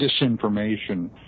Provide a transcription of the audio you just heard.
disinformation